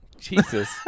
Jesus